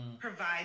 provide